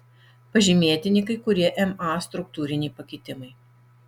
pažymėtini kai kurie ma struktūriniai pakitimai